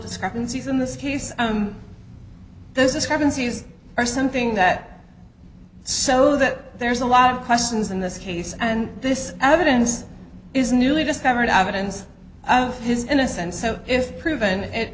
discrepancies in this case those discrepancies are something that so that there's a lot of questions in this case and this evidence is newly discovered evidence of his innocence so if proven it